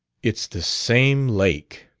it's the same lake,